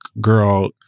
girl